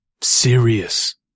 serious